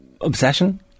obsession